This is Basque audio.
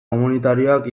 komunitarioak